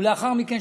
ולאחר מכן,